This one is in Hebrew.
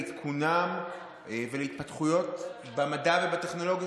לעדכונם ולהתפתחויות במדע ובטכנולוגיה